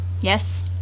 Yes